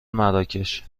مراکش